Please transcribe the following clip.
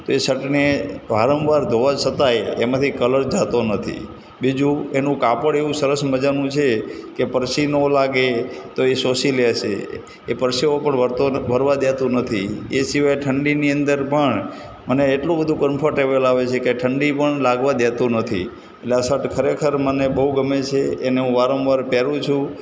તો એ સર્ટને વારંવાર ધોવા છતાંય એમાંથી કલર જતો નથી બીજું એનું કાપડ એવું સરસ મજાનું છે કે પસીનો લાગે તો એ સોષી લે છે એ પરસેવો પણ વળતો ન વળવા દેતું નથી એ સિવાય ઠંડીની અંદર પણ મને એટલું બધું કન્ફટેબલ આવે છે કે ઠંડી પણ લાગવા દેતું નથી એટલે આ સર્ટ ખરેખર મને બહુ ગમે છે એને હું વારંવાર પહેરું છું